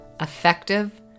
effective